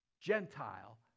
Gentile